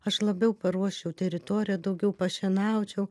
aš labiau paruošiau teritoriją daugiau pašienaučiau